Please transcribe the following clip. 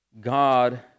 God